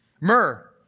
Myrrh